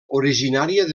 originària